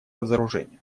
разоружению